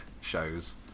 shows